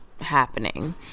happening